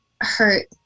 hurt